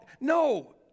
No